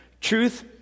Truth